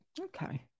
Okay